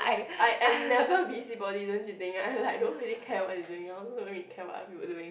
I am never busybody don't you think I had like don't really care what you think also didn't care what you doing